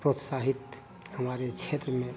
प्रोत्साहित हमारे क्षेत्र में